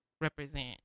represent